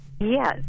Yes